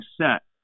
set